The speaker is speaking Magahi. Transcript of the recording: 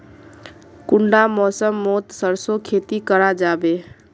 कुंडा मौसम मोत सरसों खेती करा जाबे?